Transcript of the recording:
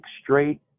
straight